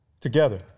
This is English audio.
together